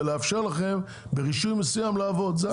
ולאפשר לכם ברישוי מסוים לעבוד זה הכל,